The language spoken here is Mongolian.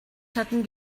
чадна